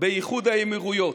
באיחוד האמירויות,